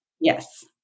Yes